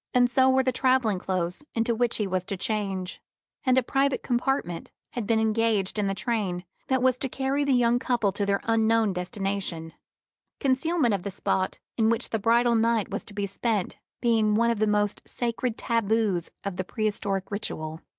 and so were the travelling clothes into which he was to change and a private compartment had been engaged in the train that was to carry the young couple to their unknown destination concealment of the spot in which the bridal night was to be spent being one of the most sacred taboos of the prehistoric ritual.